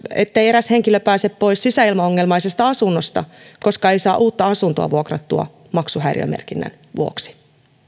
ettei eräs henkilö pääse pois sisäilmaongelmaisesta asunnosta koska ei saa uutta asuntoa vuokrattua maksuhäiriömerkinnän vuoksi